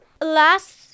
Last